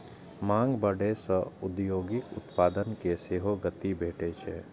मांग बढ़ै सं औद्योगिक उत्पादन कें सेहो गति भेटै छै